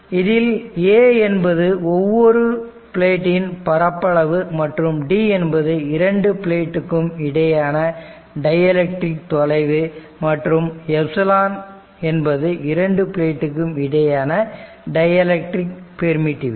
இதில் A என்பது ஒவ்வொரு பிளேடின் பரப்பளவு மற்றும் d என்பது இரண்டு பிளேட்டுக்கும் இடையேயான டைஎலக்ட்ரிக் தொலைவு மற்றும் எப்ஸிலோன் என்பது இரண்டு பிளேட்டுக்கும் இடையேயான டைஎலக்ட்ரிக் பெர்மிட்டிவிடி